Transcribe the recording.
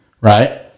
right